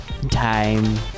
Time